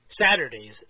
Saturdays